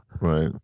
right